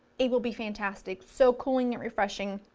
it will be fantastic, so cool and refreshing,